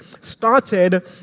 started